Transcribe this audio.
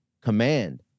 command